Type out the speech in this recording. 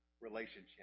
relationship